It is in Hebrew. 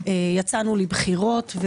יצאנו לבחירות,